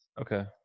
Okay